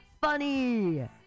funny